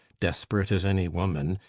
desperate as any woman,